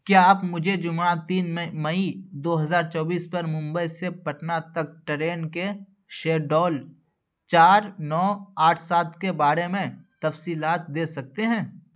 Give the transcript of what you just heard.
کیا آپ مجھے جمعہ تین مئی دو ہزار چوبیس پر ممبئی سے پٹنہ تک ٹرین کے شیڈول چار نو آٹھ سات کے بارے میں تفصیلات دے سکتے ہیں